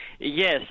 Yes